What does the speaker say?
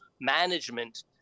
management